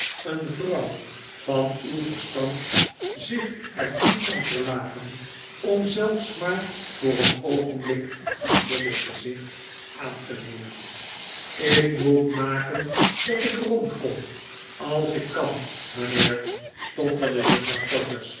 een vrouw van uw verstand zich er toe kan verlagen om zelfs maar voor een oogenblik een dubbel gezicht aan te nemen ik moet maken dat ik rond konjtj als ik kan mijnheer stotterde juffrouw